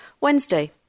Wednesday